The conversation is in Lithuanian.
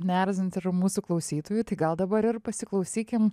neerzins ir mūsų klausytojų tai gal dabar ir pasiklausykim